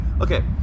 Okay